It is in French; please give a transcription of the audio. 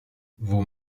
vos